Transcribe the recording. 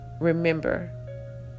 remember